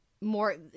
more